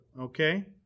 Okay